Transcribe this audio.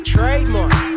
Trademark